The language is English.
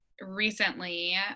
recently